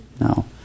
no